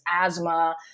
asthma